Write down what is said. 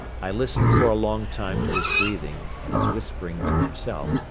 i listened for a long time to his breathing and his whispering to himself,